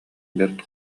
бэрт